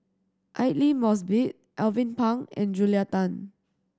Aidli Mosbit Alvin Pang and Julia Tan